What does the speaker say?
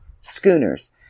schooners